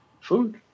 Food